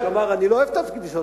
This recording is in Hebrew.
כלומר אני לא אוהב את הפגישות,